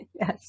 yes